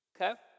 okay